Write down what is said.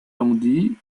landi